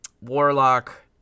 Warlock